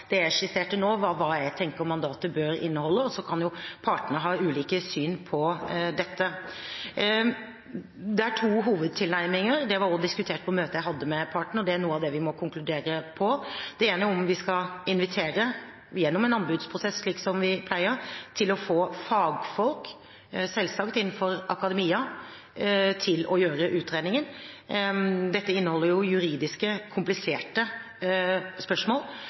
Det jeg skisserte nå, er hva jeg tenker mandatet bør inneholde, og så kan jo partene ha ulike syn på det. Det er to hovedtilnærminger. Det ble også diskutert på møtet jeg hadde med partene, og det er noe av det vi må konkludere på. Det ene er om vi skal invitere gjennom en anbudsprosess, slik som vi pleier, til å få fagfolk, selvsagt, innen akademia til å gjøre utredningen. Dette inneholder juridisk kompliserte spørsmål